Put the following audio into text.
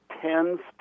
tends